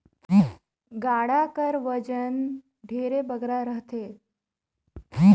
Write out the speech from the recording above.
गाड़ा कर ओजन ढेरे बगरा रहथे